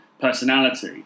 personality